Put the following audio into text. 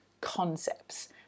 concepts